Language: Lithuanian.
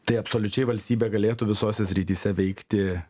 tai absoliučiai valstybė galėtų visose srityse veikti